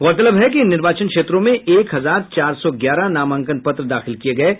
गौरतलब है कि इन निर्वाचन क्षेत्रों में एक हजार चार सौ ग्यारह नामांकन पत्र दाखिल किए गए हैं